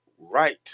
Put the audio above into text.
right